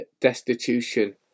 destitution